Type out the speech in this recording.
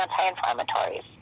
anti-inflammatories